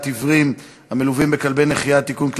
עיוורים המלווים בכלבי נחייה (תיקון,